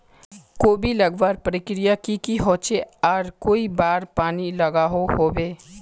कोबी लगवार प्रक्रिया की की होचे आर कई बार पानी लागोहो होबे?